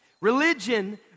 Religion